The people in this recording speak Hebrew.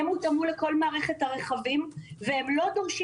הן הותאמו לכל מערכת הרכבים והן לא דורשות